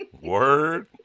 Word